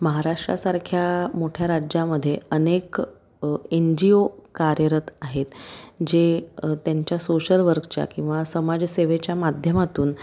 महाराष्ट्रासारख्या मोठ्या राज्यामध्ये अनेक एन जी ओ कार्यरत आहेत जे त्यांच्या सोशल वर्कच्या किंवा समाजसेवेच्या माध्यमातून